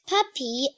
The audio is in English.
Puppy